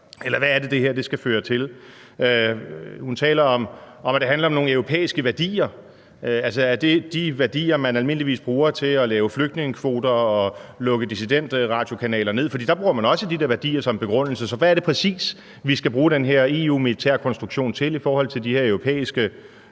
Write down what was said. Eller hvad er det, det her skal føre til? Hun taler om, at det handler om nogle europæiske værdier. Altså, er det de værdier, man almindeligvis bruger til at lave flygtningekvoter og lukke dissidentradiokanaler ned? For der bruger man også de værdier som begrundelse. Så hvad er det præcis, vi skal bruge den her EU-militærkonstruktion til i forhold til de her europæiske